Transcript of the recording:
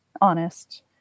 honest